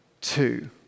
two